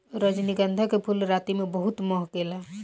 रजनीगंधा के फूल राती में बहुते महके ला